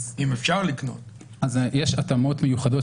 נמצא איתנו בזום מר קובי משמוש,